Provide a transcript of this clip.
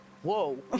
whoa